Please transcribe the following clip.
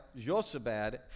Josabad